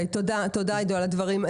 תודה על הדברים.